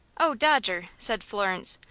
oh, dodger, said florence,